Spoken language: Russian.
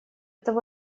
того